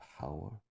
power